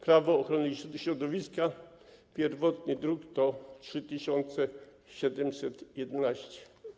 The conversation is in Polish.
Prawo ochrony środowiska, pierwotny druk nr 3711.